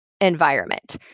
environment